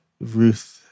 Ruth